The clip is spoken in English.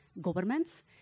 governments